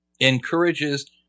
encourages